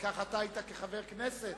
כי כך אתה היית, כחבר הכנסת,